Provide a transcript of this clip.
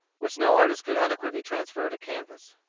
which no artist could adequately transfer to canvas.